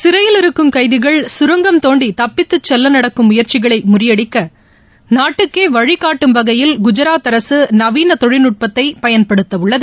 சிறையில் இருக்கும் கைதிகள் கரங்கம் தோண்டி தப்பித்து செல்ல நடக்கும் முயற்சிகளை முறியடிக்க நாட்டுக்கே வழிகாட்டும் வகையில் குஜராத் அரசு நவீன தொழில்நுட்பத்தை பயன்படுத்தவுள்ளது